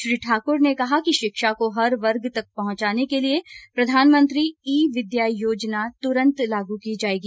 श्री ठाकुर ने कहा कि शिक्षा को हर वर्ग तक पहुंचाने के लिए प्रधानमंत्री ई विद्या योजना तुरंत लागू की जायेगी